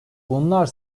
bunlar